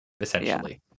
essentially